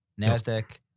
NASDAQ